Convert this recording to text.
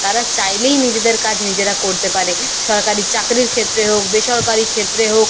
তারা চাইলেই নিজেদের কাজ নিজেরা করতে পারে সরকারি চাকরির ক্ষেত্রে হোক বেসরকারি ক্ষেত্রে হোক